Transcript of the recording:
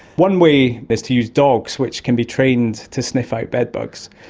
one way is to use dogs which can be trained to sniff out bedbugs,